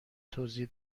توضیح